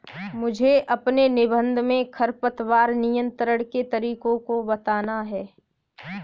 मुझे अपने निबंध में खरपतवार नियंत्रण के तरीकों को बताना है